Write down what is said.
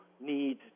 need